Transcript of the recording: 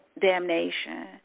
damnation